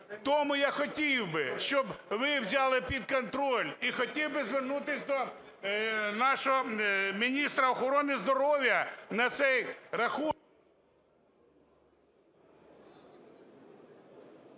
Тому я хотів би, щоб ви взяли під контроль. І хотів би звернутись до нашого міністра охорони здоров'я на цей рахунок...